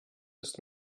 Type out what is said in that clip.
ist